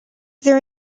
there